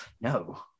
no